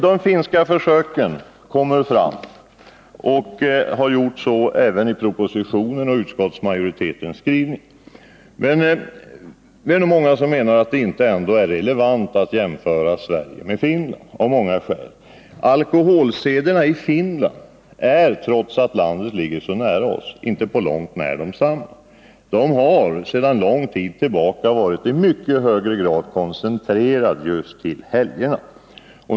De finska försöken kommer fram och har gjort så även i propositionen och i utskottsmajoritetens skrivning. Vi är nog många som menar att det ändå inte är relevant att jämföra Sverige med Finland, och det av många skäl. Alkoholsederna i Finland är, trots att landet ligger så nära oss, inte på långt när desamma som våra. De har sedan lång tid tillbaka varit i mycket högre grad koncentrerade just till helgerna.